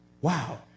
Wow